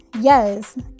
yes